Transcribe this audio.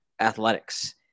athletics